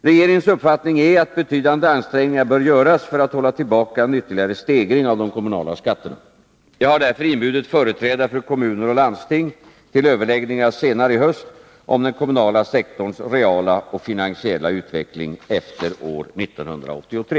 Regeringens uppfattning är att betydande ansträngningar bör göras för att hålla tillbaka en ytterligare stegring av de kommunala skatterna. Jag har därför inbjudit företrädare för kommuner och landsting till överläggningar senare i höst om den kommunala sektorns reala och finansiella utveckling efter år 1983.